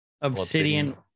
Obsidian